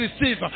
receive